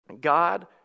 God